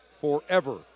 forever